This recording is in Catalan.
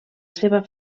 seva